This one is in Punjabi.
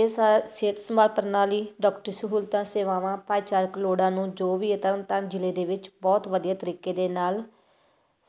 ਇਹ ਸਾ ਸਿਹਤ ਸੰਭਾਲ ਪ੍ਰਣਾਲੀ ਡਾਕਟਰੀ ਸਹੂਲਤਾਂ ਸੇਵਾਵਾਂ ਭਾਈਚਾਰਕ ਲੋੜਾਂ ਨੂੰ ਜੋ ਵੀ ਹੈ ਤਰਨ ਤਾਰਨ ਜ਼ਿਲ੍ਹੇ ਦੇ ਵਿੱਚ ਬਹੁਤ ਵਧੀਆ ਤਰੀਕੇ ਦੇ ਨਾਲ